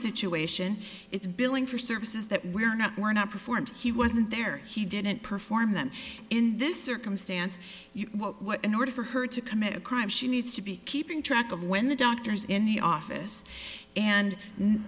situation it's billing for services that we're not we're not performed he wasn't there he didn't perform them in this circumstance you know what in order for her to commit a crime she needs to be keeping track of when the doctors in the office and and